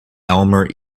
elmer